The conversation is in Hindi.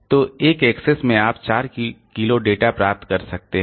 तो एक एक्सेस में आप 4 किलो डेटा प्राप्त कर सकते हैं